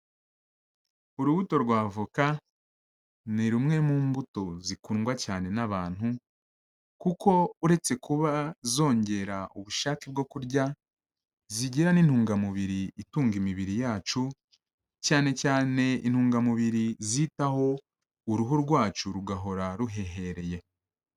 Urubuto rwa Avoka, ni rumwe mu mbuto zikundwa cyane n'abantu, kuko uretse kuba zongera ubushake bwo kurya, zigira n'intungamubiri itunga imibiri yacu, cyane cyane intungamubiri zitaho, uruhu rwacu rugahora ruhehereye.